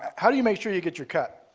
how do you make sure you get your cut?